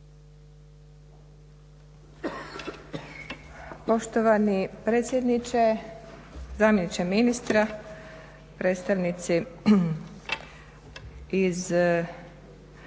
Poštovani predsjedniče, zamjeniče ministra, predstavnici iz,